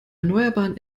erneuerbaren